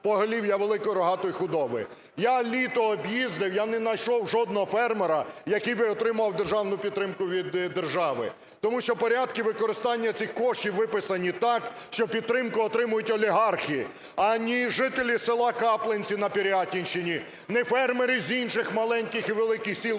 Я літо об'їздив, я не найшов жодного фермера, який би отримував державну підтримку від держави. Тому що порядки використання цих коштів виписані так, що підтримку отримують олігархи, а ні жителі села Каплинці на Пирятинщині, ні фермери з інших маленьких і великих сіл по Україні